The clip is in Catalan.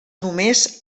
només